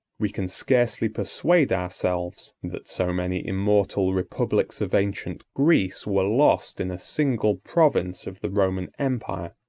we can scarcely persuade ourselves, that so many immortal republics of ancient greece were lost in a single province of the roman empire,